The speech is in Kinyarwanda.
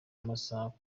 amasaka